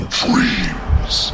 dreams